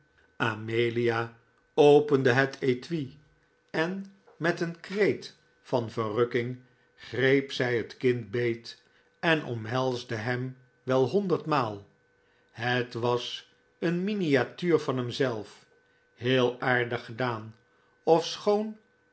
amelia opende het etui en met een kreet van verrukking greep zij het kind beet en omhelsde hem wel honderd maal het was een miniatuur van hemzelf heel aardig gedaan